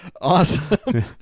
Awesome